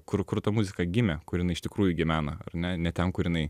kur kur ta muzika gimė kur jinai iš tikrųjų gyvena ar ne ne ten kur jinai